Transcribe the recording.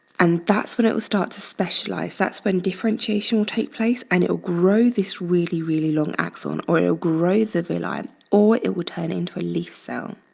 and that's when it will start to specialize. that's when differentiation will take place and it'll grow this really, really long axon or a grow the villi and or it will turn into a leaf cell.